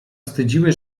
wstydziły